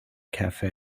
cafe